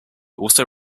also